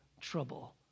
trouble